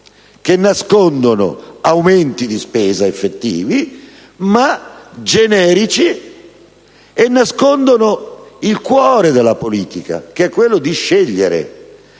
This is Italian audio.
che nascondono aumenti di spesa effettivi, ma generici e nascondono il cuore della politica, che è quello di scegliere.